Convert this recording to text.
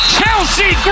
Chelsea